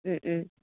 മ് മ്